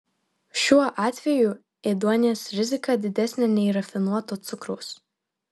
šiuo atveju ėduonies rizika didesnė nei rafinuoto cukraus